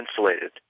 insulated